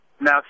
Now